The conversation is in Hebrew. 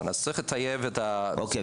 אז צריך לטייב --- אוקיי,